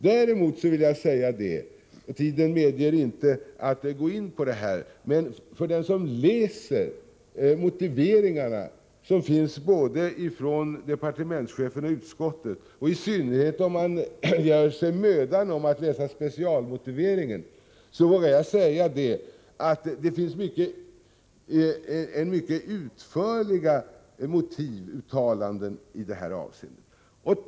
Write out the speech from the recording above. Tiden medger inte att jag går in på det här, men jag vågar säga att för den som läser motiveringarna som anförs både av departementschefen och av utskottet, och i synnerhet om man gör sig mödan att läsa specialmotiveringen, står det klart att det finns utförliga motivuttalanden i det här avseendet.